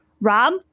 Rob